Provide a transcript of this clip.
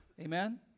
amen